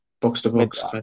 box-to-box